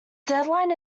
deadline